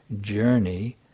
journey